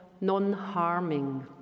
non-harming